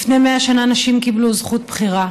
לפני 100 שנה נשים קיבלו זכות בחירה,